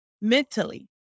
mentally